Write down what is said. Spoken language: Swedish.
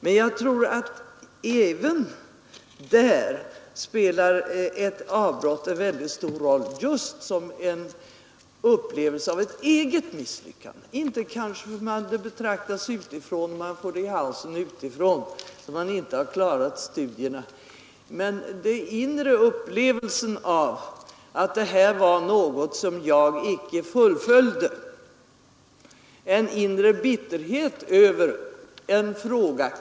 Men jag tror att även i slutet av ett läsår spelar ett avbrott en väldigt stor roll just som en upplevelse av ett eget misslyckande. Det är kanske inte så att man får höra utifrån att man inte har klarat studierna, men det gäller den inre upplevelsen av att det här var något som man icke fullföljde, en inre bitterhet över en fråga.